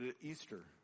Easter